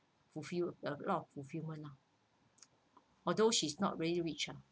fulfilled a lot of fulfilment lah although she's not very rich ah